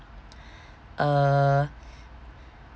uh